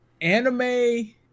anime